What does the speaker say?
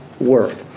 work